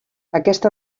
aquesta